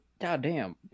goddamn